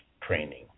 training